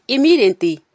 Immediately